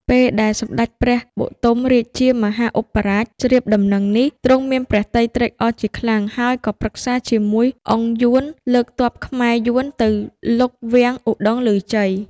ពេលដែល សម្តេចព្រះបទុមរាជាមហាឧបរាជ ជ្រាបដំណឹងនេះ ទ្រង់មានព្រះទ័យត្រេកអរជាខ្លាំង ហើយក៏ប្រឹក្សាជាមួយ អុងយួន លើកទ័ពខ្មែរ-យួនទៅលុកវាំងឧត្តុង្គឮជ័យ។